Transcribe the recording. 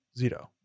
Zito